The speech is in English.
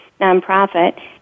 nonprofit